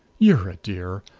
you're a dear!